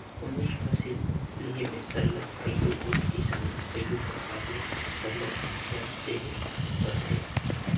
कोनोच फसिल ल लेहे में सरलग कइयो गोट किसान ल कइयो परकार ले सरलग धियान देहे ले परथे